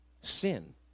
Sin